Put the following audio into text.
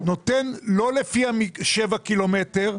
נותן לא לפי שבעה קילומטר,